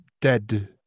dead